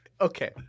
Okay